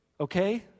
Okay